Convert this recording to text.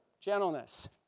gentleness